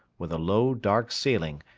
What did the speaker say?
with a low dark ceiling,